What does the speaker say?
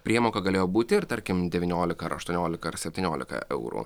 priemoka galėjo būti ir tarkim devyniolika ar aštuoniolika ar septyniolika eurų